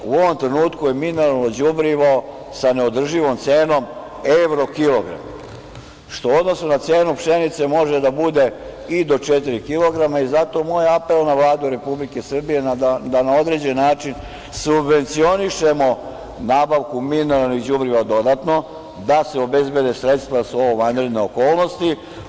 U ovom trenutku je mineralno đubrivo sa neodrživom cenom evro kilogram, što u odnosu na cenu pšenice može da bude i do četiri kilograma i zato je moj apel na Vladu Republike Srbije da na određen način subvencionišemo nabavku mineralnih đubriva dodatno, da se obezbede sredstva jer su ovo vanredne okolnosti.